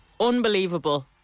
Unbelievable